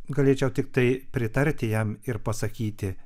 galėčiau tiktai pritarti jam ir pasakyti